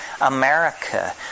America